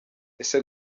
ese